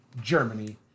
Germany